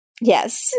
Yes